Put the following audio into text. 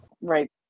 Right